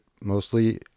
mostly